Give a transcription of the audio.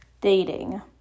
Dating